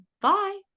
Bye